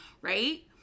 right